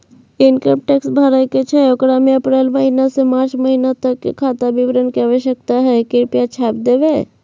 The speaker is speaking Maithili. इनकम टैक्स भरय के छै ओकरा में अप्रैल महिना से मार्च महिना तक के खाता विवरण के आवश्यकता हय कृप्या छाय्प देबै?